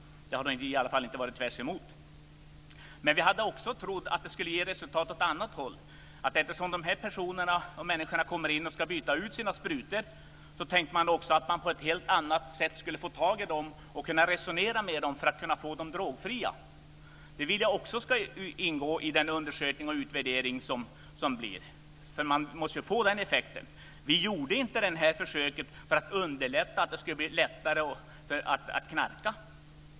Det har i alla fall inte varit tvärtom. Men vi hade också trott att det skulle ge resultat på andra håll. Eftersom de här människorna kommer in och ska byta ut sina sprutor tänkte man också att man på ett helt annat sätt skulle få tag i dem och kunna resonera med dem för att få dem drogfria. Jag vill att det också ska ingå i den undersökning och utvärdering som ska komma. Man måste ju få den effekten. Vi gjorde inte det här försöket för att det skulle bli lättare att knarka.